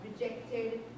rejected